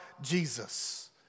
Jesus